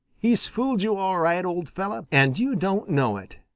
he's fooled you all right, old fellow, and you don't know it,